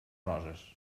roses